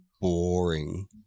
boring